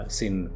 sin